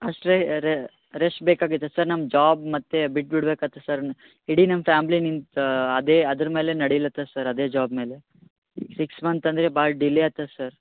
ಅಷ್ಟು ರೆಸ್ಟ್ ಬೇಕಾಗಿತ್ತ ಸರ್ ನಮ್ಮ ಜಾಬ್ ಮತ್ತು ಬಿಟ್ಬಿಡ್ಬೇಕಾಗತ್ ಸರ್ ಇಡೀ ನಮ್ಮ ಫ್ಯಾಮ್ಲಿ ನಿಮ್ಮ ಅದೇ ಅದ್ರ ಮೇಲೆ ನಡೀಲತದ ಸರ್ ಅದೇ ಜಾಬ್ ಮೇಲೆ ಸಿಕ್ಸ್ ಮಂತ್ ಅಂದರೆ ಭಾಳ್ ಡಿಲೇ ಆಗ್ತದ್ ಸರ್